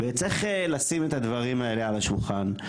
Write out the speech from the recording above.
וצריך לשים את הדברים האלה על השולחן.